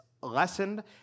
lessened